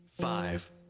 five